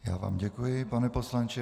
Já vám děkuji, pane poslanče.